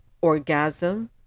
orgasm